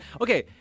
Okay